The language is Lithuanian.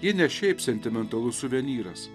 ji ne šiaip sentimentalus suvenyras